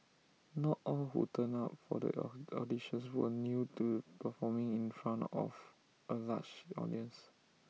not all who turned up for the auditions were new to performing in front of A large audience